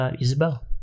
Isabel